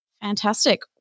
Fantastic